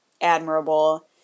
admirable